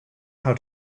how